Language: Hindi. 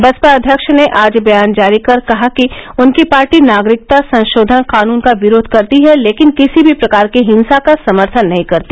बसपा अध्यक्ष ने आज बयान जारी कर कहा कि उनकी पार्टी नागरिकता संशोधन कानून का विरोध करती है लेकिन किसी भी प्रकार की हिंसा का समर्थन नहीं करती